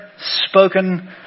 spoken